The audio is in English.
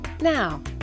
Now